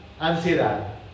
ansiedad